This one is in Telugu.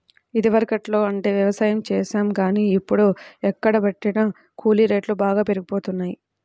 ఇదివరకట్లో అంటే యవసాయం చేశాం గానీ, ఇప్పుడు ఎక్కడబట్టినా కూలీ రేట్లు బాగా పెరిగిపోతన్నయ్